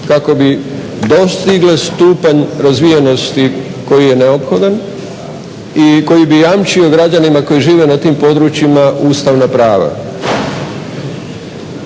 kako bi dostigle stupanj razvijenosti koji je neophodan i koji bi jamčio građanima koji žive na tim područjima ustavna prava.